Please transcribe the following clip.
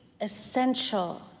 essential